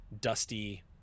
dusty